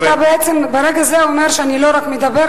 כי בעצם ברגע זה אתה אומר שאני לא רק מדברת,